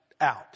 out